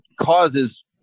causes